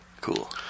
Cool